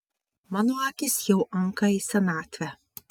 mano akys jau anka į senatvę